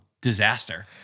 disaster